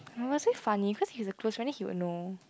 uh was very funny cause he's a friend then he would know